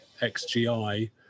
XGI